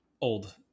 old